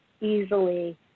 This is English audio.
easily